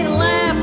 laugh